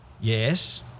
Yes